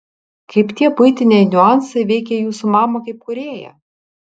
kaip tie buitiniai niuansai veikė jūsų mamą kaip kūrėją